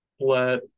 let